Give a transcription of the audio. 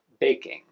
baking